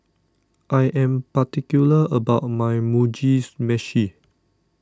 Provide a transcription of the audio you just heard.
I am particular about my Mugi Meshi